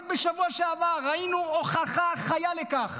רק בשבוע שעבר ראינו הוכחה חיה לכך